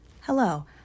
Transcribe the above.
Hello